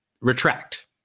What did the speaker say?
retract